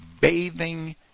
bathing